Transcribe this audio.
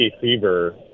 fever